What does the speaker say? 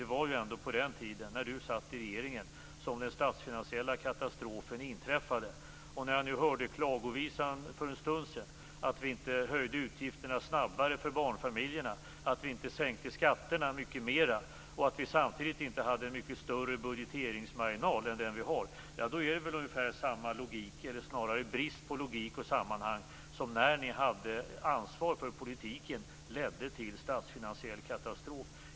Det var ju ändå på den tiden då Bo Lundgren satt i regeringen som den statsfinaniella katastrofen inträffade. Och när jag nu hörde klagovisan för en stund sedan, att vi inte höjde utgifterna snabbare för barnfamiljerna, att vi inte sänkte skatterna mycket mera och att vi samtidigt inte hade en mycket större budgeteringsmarginal än den som vi har, ja då är det ungefär samma logik, eller snarare brist på logik och sammanhang, som när ni hade ansvar för politiken ledde till statsfinansiell katastrof.